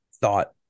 thought